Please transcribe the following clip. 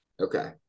Okay